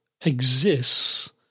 Exists